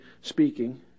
speaking